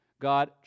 God